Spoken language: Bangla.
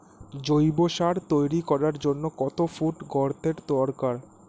জৈব সার তৈরি করার জন্য কত ফুট গর্তের দরকার?